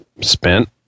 spent